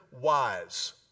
wise